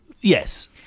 Yes